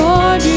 Lord